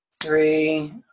three